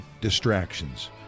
distractions